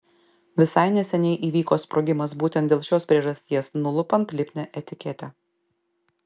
visai neseniai įvyko sprogimas būtent dėl šios priežasties nulupant lipnią etiketę